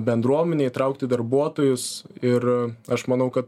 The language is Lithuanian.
bendruomenę įtraukti darbuotojus ir aš manau kad